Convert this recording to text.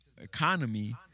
economy